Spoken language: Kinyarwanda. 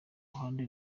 ruhande